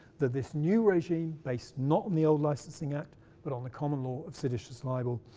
that this new regime based, not on the old licensing act but on the common law of seditious libel,